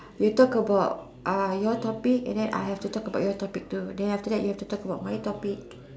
you talk about uh your topic and then I have to talk about your topic too then after that you have to talk about my topic